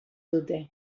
dute